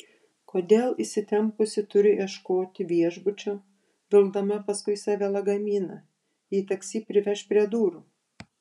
kodėl įsitempusi turiu ieškoti viešbučio vilkdama paskui save lagaminą jei taksi priveš prie durų